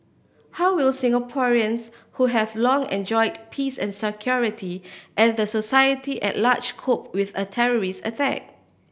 how will Singaporeans who have long enjoyed peace and security and the society at large cope with a terrorist attack